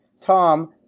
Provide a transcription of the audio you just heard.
Tom